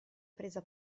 presa